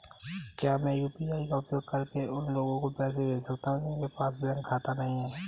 क्या मैं यू.पी.आई का उपयोग करके उन लोगों को पैसे भेज सकता हूँ जिनके पास बैंक खाता नहीं है?